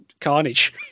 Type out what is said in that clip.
carnage